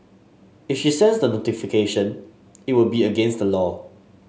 if she sends the notification it would be against the law